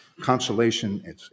consolation